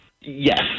Yes